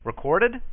Recorded